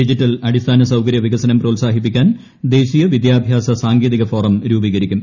digital അടിസ്ഥാന സൌകര്യ വികസനം പ്രോത്സാഹിപ്പിക്കാൻ ദേശീയ വിദ്യാഭ്യാസ സാങ്കേതിക ഫോറം രൂപീകരിക്കും